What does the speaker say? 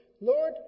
Lord